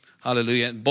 Hallelujah